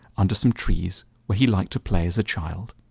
under some trees where he liked to play as a child.